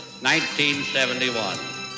1971